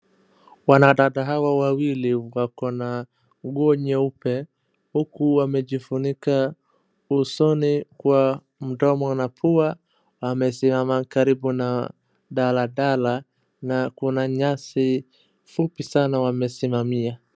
Wanadada hawa wawili wakona nguo nyeupe uku wamejifunika usoni kwa mdomo na pua wamesimama karibu na daladala na kuna nyasi fupi sana wamesimamia.